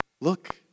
Look